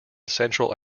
central